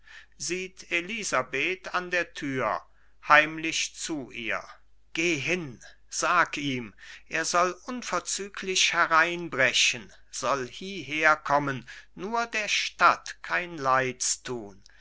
elisabeth an der tür heimlich zu ihr geh hin sag ihm er soll unverzüglich hereinbrechen soll hieher kommen nur der stadt kein leids tun